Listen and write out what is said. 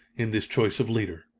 in this choice of leader.